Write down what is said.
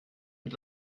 mit